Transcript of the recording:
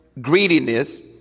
greediness